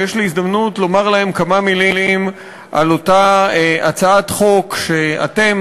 ויש לי הזדמנות לומר להם כמה מילים על אותה הצעת חוק שאתם,